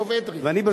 ואני,